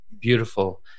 beautiful